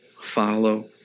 follow